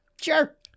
Sure